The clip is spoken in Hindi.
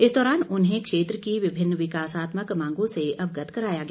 इस दौरान उन्हें क्षेत्र की विभिन्न विकासात्मक मांगों से अवगत कराया गया